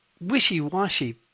wishy-washy